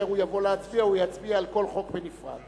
כאשר הוא יבוא להצביע, הוא יצביע על כל חוק בנפרד.